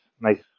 nice